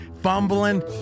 fumbling